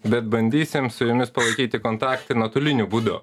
bet bandysim su jumis palaikyti kontaktą ir nuotoliniu būdu